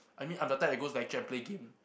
I mean I'm the type that goes lecture play game